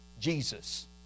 Jesus